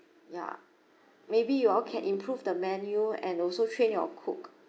yeah maybe you all can improve the menu and also train your cook